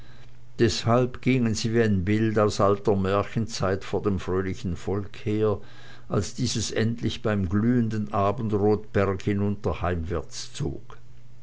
deshalb gingen sie wie ein bild aus alter märchenzeit vor dem fröhlichen volke her als dieses endlich beim glühenden abendrot berghinunter heimwärts zog